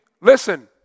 listen